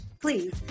please